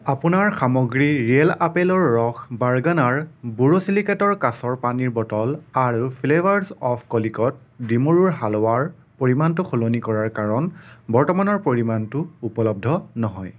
আপোনাৰ সামগ্ৰী ৰিয়েল আপেলৰ ৰস বাৰ্গনাৰ বোৰোছিলিকেটৰ কাচৰ পানীৰ বটল আৰু ফ্লেভাৰছ অৱ কলিকট ডিমৰুৰ হালৱাৰ পৰিমাণটো সলনি কৰা কাৰণ বৰ্তমানৰ পৰিমাণটো উপলব্ধ নহয়